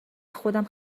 خودم